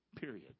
Period